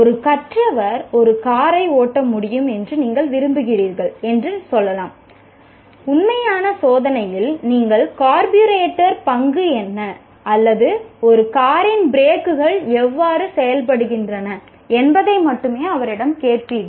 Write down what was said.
ஒரு கற்றவர் ஒரு காரை ஓட்ட முடியும் என்று நீங்கள் விரும்புகிறீர்கள் என்று சொல்லலாம் உண்மையான சோதனையில் நீங்கள் கார்பூரேட்டரின் எவ்வாறு செயல்படுகின்றன என்பதை மட்டுமே அவரிடம் கேட்பீர்கள்